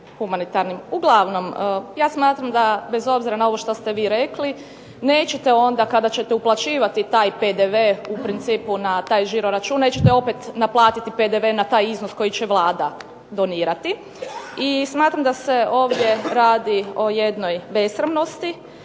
Uglavnom, ja smatram da bez obzira na ovo što ste vi rekli nećete onda kada ćete uplaćivati taj PDV u principu na taj žiroračun nećete opet naplatiti PDV na taj iznos koji će Vlada donirati. I smatram da se ovdje radi o jednoj besramnosti